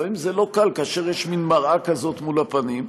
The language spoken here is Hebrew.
לפעמים זה לא קל כאשר יש מין מראה כזאת מול הפנים.